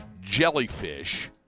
jellyfish